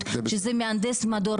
שזה מהנדס מדור